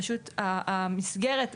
אבל המסגרת,